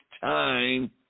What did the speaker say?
time